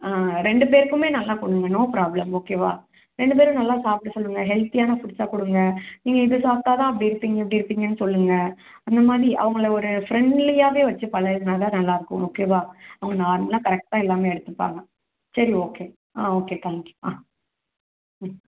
ரெண்டு பேருக்குமே நல்லா கொடுங்க நோ ப்ராப்ளம் ஓகேவா ரெண்டு பேரும் நல்லா சாப்பிட சொல்லுங்க ஹெல்த்தியான ஃபுட்ஸாக கொடுங்க நீங்கள் இதை சாப்பிட்டா தான் அப்படி இருப்பீங்க இப்படி இருப்பீங்கன்னு சொல்லுங்க அந்த மாதிரி அவங்கள ஒரு ஃப்ரெண்ட்லியாகவே வைச்சு பழகுனா தான் நல்லா இருக்கும் ஓகேவா அவங்க நார்மலாக கரெக்டாக எல்லாமே எடுத்துப்பாங்க சரி ஓகே ஆ ஓகே தேங்க் யூ ஆ ம்